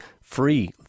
free